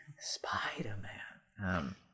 Spider-Man